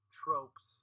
tropes